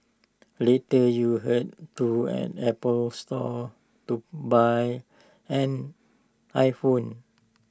later you Head to an Apple store to buy an iPhone